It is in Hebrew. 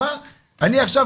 אני עכשיו